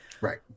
Right